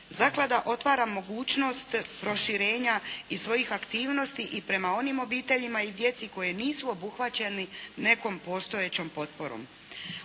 Zaklada otvara mogućnost proširenja i svojih aktivnosti i prema onim obiteljima i djeci koji nisu obuhvaćeni nekom postojećom potporom.